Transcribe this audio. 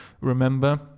remember